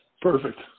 perfect